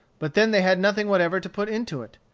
but then they had nothing whatever to put into it.